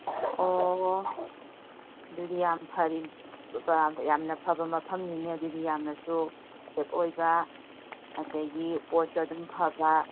ꯑꯣ ꯑꯗꯨꯗꯤ ꯌꯥꯝ ꯐꯔꯤ ꯌꯥꯝꯅ ꯐꯕ ꯃꯐꯝꯅꯤꯅꯦ ꯑꯗꯨꯗꯤ ꯌꯥꯝꯅꯁꯨ ꯁꯦꯕ ꯑꯣꯏꯕ ꯑꯗꯒꯤ ꯄꯣꯠꯁꯨ ꯑꯗꯨꯝ ꯐꯕ